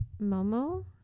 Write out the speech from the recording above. Momo